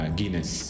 Guinness